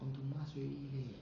onto mars already leh